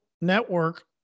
network